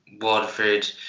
Waterford